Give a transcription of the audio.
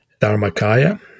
Dharmakaya